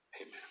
amen